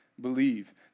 believe